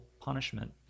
punishment